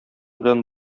белән